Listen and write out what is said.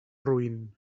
roín